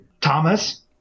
Thomas